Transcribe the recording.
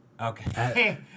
Okay